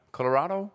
Colorado